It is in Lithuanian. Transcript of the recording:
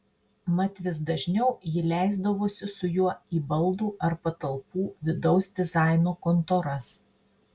mat vis dažniau ji leisdavosi su juo į baldų ar patalpų vidaus dizaino kontoras